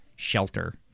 shelter